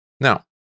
Now